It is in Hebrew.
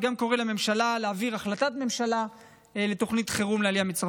גם קורא לממשלה להעביר החלטת ממשלה לתוכנית חירום לעלייה מצרפת.